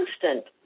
constant